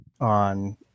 on